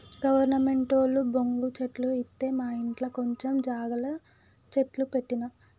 గవర్నమెంటోళ్లు బొంగు చెట్లు ఇత్తె మాఇంట్ల కొంచం జాగల గ చెట్లు పెట్టిన